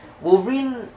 Wolverine